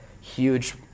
Huge